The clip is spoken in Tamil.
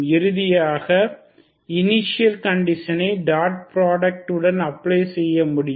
இறுதியாக இனிஷியல் கண்டிஷனை டாட் ப்ராடக்ட் உடன் அப்ளை செய்ய முடியும்